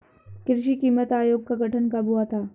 कृषि कीमत आयोग का गठन कब हुआ था?